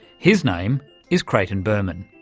his name is creighton berman.